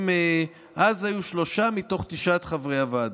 שאז היו שלושה מתוך תשעת חברי הוועדה.